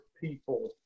people